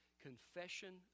confession